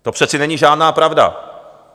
To přece není žádná pravda.